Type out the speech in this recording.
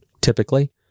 typically